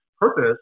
purpose